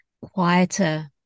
quieter